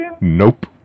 Nope